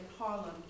Harlem